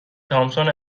تامسون